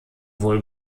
wohl